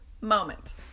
moment